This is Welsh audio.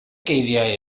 geiriau